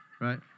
right